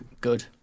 Good